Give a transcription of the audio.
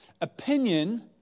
Opinion